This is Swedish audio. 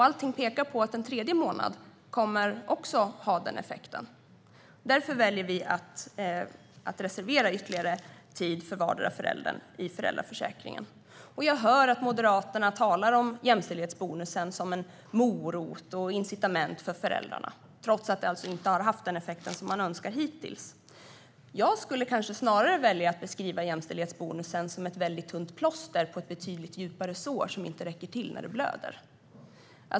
Allt pekar på att en tredje månad också kommer att ha den effekten. Därför väljer vi att reservera ytterligare tid för vardera föräldern i föräldraförsäkringen. Jag hör att Moderaterna talar om jämställdhetsbonusen som en morot och ett incitament för föräldrarna trots att den hittills inte har haft den effekt som man önskar. Jag skulle snarare välja att beskriva jämställdhetsbonusen som ett väldigt tunt plåster på ett betydligt djupare sår, som inte räcker till när det blöder.